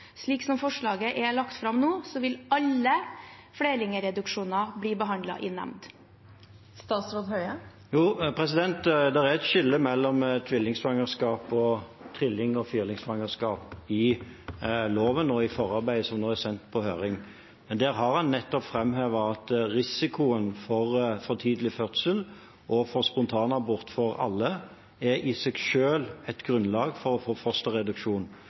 forslaget er lagt fram nå, vil alle flerlingreduksjoner bli behandlet i nemnd. Jo, det er et skille mellom tvillingsvangerskap og trilling- og firlingsvangerskap i loven og i forarbeidet som nå er sendt på høring. Men der har en nettopp framhevet at risikoen for for tidlig fødsel og for spontanabort for alle i seg selv er et grunnlag for å få fosterreduksjon.